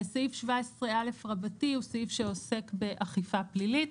וסעיף 17א רבתי הוא סעיף שעוסק באכיפה פלילית,